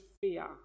fear